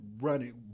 running